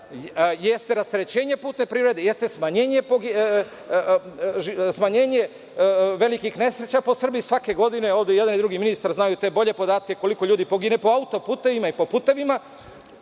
jeste rasterećenje putne privrede, jeste smanjenje velikih nesreća po Srbiji svake godine. Ovde i jedan i drugi ministar znaju bolje podatke koliko ljudi pogine po auto-putevima i po putevima.